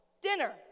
Dinner